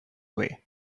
way